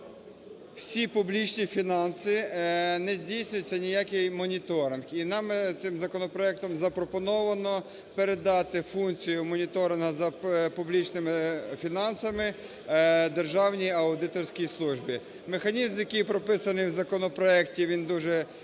всі публічні фінанси…не здійснюється ніякий моніторинг, і нам цим законопроектом запропоновано передати функцію моніторингу за публічними фінансами державній аудиторській службі. Механізм, який прописаний в законопроекті, він дуже